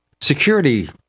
security